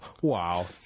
Wow